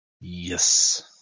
Yes